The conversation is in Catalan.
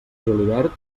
julivert